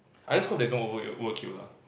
I just hope they don't overwork you lah